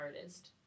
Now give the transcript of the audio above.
artist